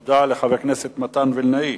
תודה לחבר הכנסת מתן וילנאי.